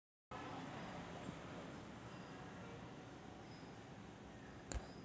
भूगर्भातील पाण्याची पातळी दिवसेंदिवस वाढत आहे